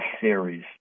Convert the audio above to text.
series